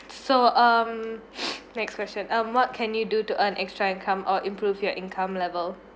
so um next question um what can you do to earn extra income or improve your income level